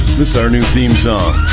this our new theme song